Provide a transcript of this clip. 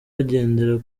agendera